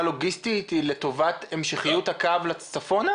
לוגיסטית אלא לטובת המשכיות הקו צפונה?